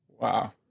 Wow